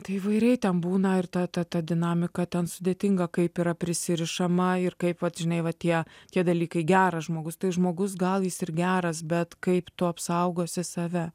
tai įvairiai ten būna ir ta ta ta dinamika ten sudėtinga kaip yra prisirišama ir kaip vat žinai va tie tie dalykai geras žmogus tai žmogus gal jis ir geras bet kaip tu apsaugosi save